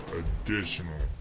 additional